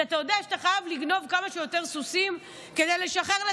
כשאתה יודע שאתה חייב לגנוב כמה שיותר סוסים כדי לשחרר לציבור,